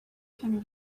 can